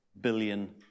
billion